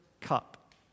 cup